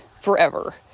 forever